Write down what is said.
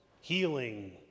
healing